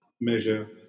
measure